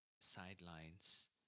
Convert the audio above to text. sidelines